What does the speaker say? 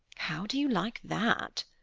how do you like that?